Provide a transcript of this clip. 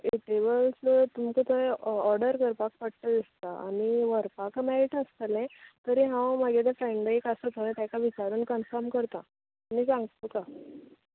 eatables तुमका थंय order करपाक पडटा दिसता आनी व्हरपाक मेळटा आसतलें तरी हांव म्हागेलें फ्रॅन्ड एक आसा थंय तेका विचारून कनफर्म करता आनी सांगता तुका